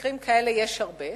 ומקרים כאלה יש הרבה,